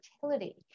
fertility